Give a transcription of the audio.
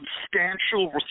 substantial